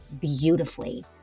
beautifully